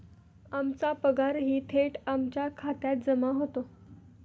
आमचा पगारही थेट आमच्या खात्यात जमा होतो